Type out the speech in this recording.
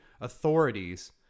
authorities